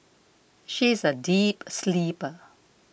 she is a deep sleeper